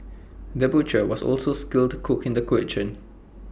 the butcher was also A skilled cook in the kitchen